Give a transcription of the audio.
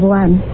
one